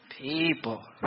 People